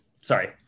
Sorry